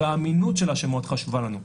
והאמינות שלה שמאוד חשובה לנו.